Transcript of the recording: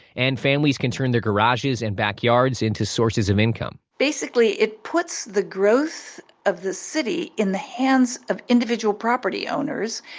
and families can turn their garages and backyards into sources of income. basically, it puts the growth of the city in the hands of individual property owners,